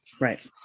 right